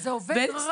וזה עובד נורא,